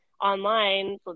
online